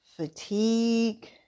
Fatigue